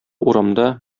урамда